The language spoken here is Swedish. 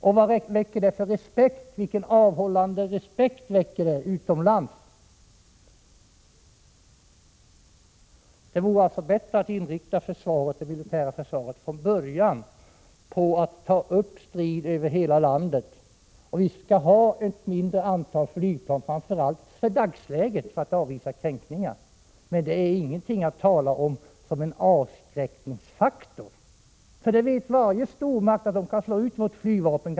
Vilken avhållande effekt har det och vilken respekt väcker det utomlands? Det vore bättre att från början inrikta det militära försvaret på att ta upp strid över hela landet. Vi skall ha ett mindre antal flygplan, framför allt för att i dagsläget avvisa kränkningar. Men det är ingenting att komma med som avskräckningsfaktor. Varje stormakt vet att man ganska snabbt kan slå ut vårt flygvapen.